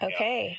Okay